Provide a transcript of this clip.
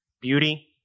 Beauty